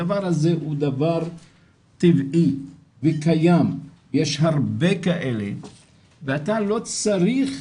הדבר הזה הוא דבר טבעי וקיים יש הרבה כאלה ואתה לא צריך